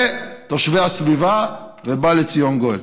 ותושבי הסביבה, ובא לציון גואל.